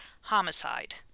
homicide